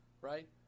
right